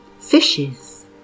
Fishes